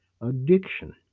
addiction